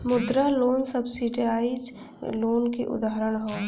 मुद्रा loan subsidise loan क उदाहरण हौ